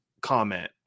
comment